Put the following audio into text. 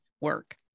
work